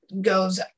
goes